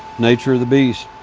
nature of the beast.